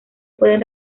pueden